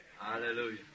Hallelujah